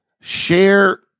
share